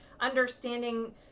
understanding